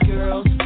Girls